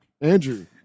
Andrew